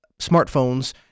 smartphones